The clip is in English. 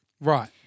Right